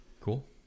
Cool